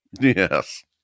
Yes